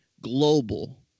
global